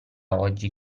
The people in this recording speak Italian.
oggi